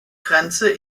grenze